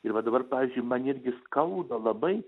ir va dabar pavyzdžiui man irgi skauda labai